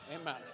Amen